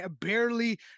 barely